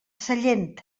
sellent